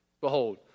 Behold